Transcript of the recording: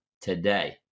today